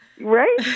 right